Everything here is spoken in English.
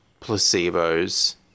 placebos